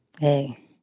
hey